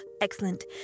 excellent